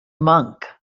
monk